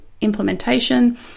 implementation